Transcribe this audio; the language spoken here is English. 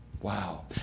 Wow